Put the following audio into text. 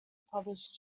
published